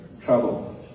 trouble